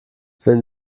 wenn